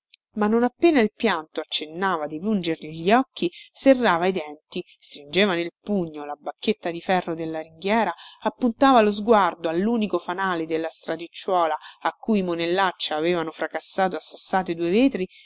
ma non appena il pianto accennava di pungergli gli occhi serrava i denti stringeva nel pugno la bacchetta di ferro della ringhiera appuntava lo sguardo allunico fanale della stradicciuola a cui i monellacci avevano fracassato a sassate due vetri